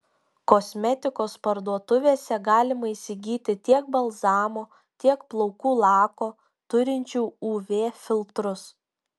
kosmetikos parduotuvėse galima įsigyti tiek balzamo tiek plaukų lako turinčių uv filtrus